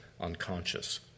unconscious